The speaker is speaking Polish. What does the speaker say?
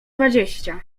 dwadzieścia